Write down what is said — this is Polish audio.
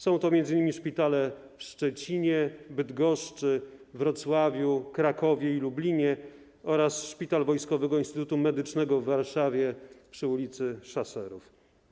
Są to m.in. szpitale w Szczecinie, Bydgoszczy, Wrocławiu, Krakowie i Lublinie oraz szpital Wojskowego Instytutu Medycznego w Warszawie przy ul. Szaserów.